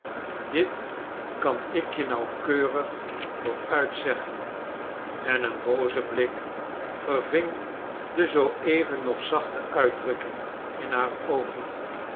dit kan ik je nauwkeurig vooruit zeggen en een booze blik verving de zooeven nog zachte uitdrukking in haar oogen